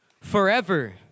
forever